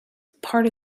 part